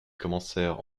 commencèrent